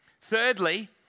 Thirdly